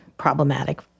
problematic